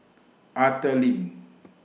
Arthur Lim